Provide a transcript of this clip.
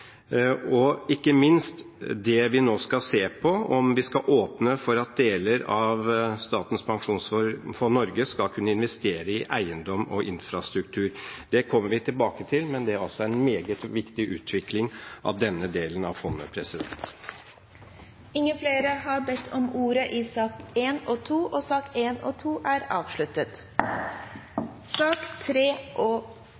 og ikke minst det vi nå skal se på, om vi skal åpne for at deler av Statens pensjonsfond Norge skal kunne investere i eiendom og infrastruktur. Det kommer vi tilbake til, men det er en meget viktig utvikling av denne delen av fondet. Flere har ikke bedt om ordet til sakene nr. 1 og 2. Etter ønske fra finanskomiteen vil presidenten foreslå at sakene nr. 3, 4 og